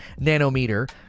nanometer